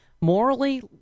morally